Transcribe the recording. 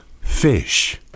Fish